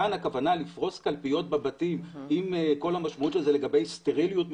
כאן הכוונה לפרוס קלפיות בבתים עם כל המשמעות של זה לגבי סטריליות,